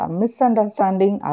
misunderstanding